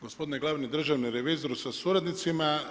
Gospodine glavni državni revizoru sa suradnicima.